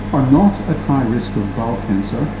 are not at high risk of bowel cancer,